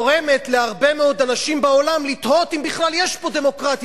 וגורמת להרבה מאוד אנשים בעולם לתהות אם בכלל יש פה דמוקרטיה,